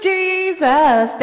Jesus